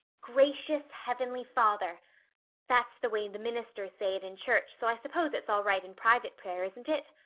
gracious heavenly father that's the way the ministers say it in church, so i suppose it's all right in private prayer, isn't it?